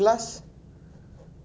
the ya the cement